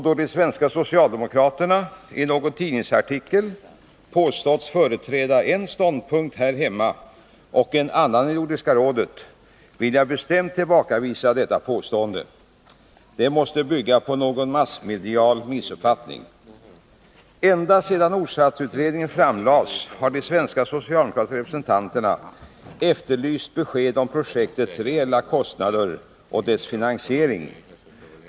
De svenska socialdemokraterna har i någon tidningsartikel påståtts företräda en ståndpunkt här hemma och en annan i Nordiska rådet, men jag vill bestämt tillbakavisa detta påstående. Det måste bygga på någon massmedial missuppfattning. Ända sedan Nordsatutredningen framlades har de svenska socialdemokratiska representanterna efterlyst besked om projektets reella kostnader och dess finansiering.